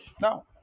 Now